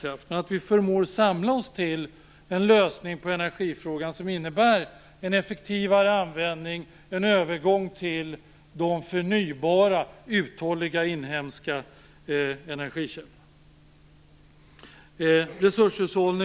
Det gäller alltså att vi förmår samla oss kring en lösning på energifrågan som innebär en effektivare användning och en övergång till förnybara uthålliga inhemska energikällor. Fru talman!